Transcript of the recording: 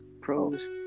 Pros